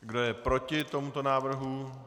Kdo je proti tomuto návrhu?